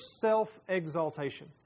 self-exaltation